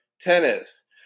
tennis